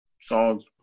songs